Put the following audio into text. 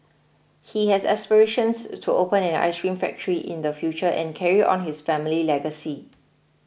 he has aspirations to open an ice cream factory in the future and carry on his family legacy